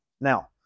Now